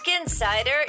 insider